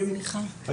המעסיקים.